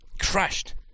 crushed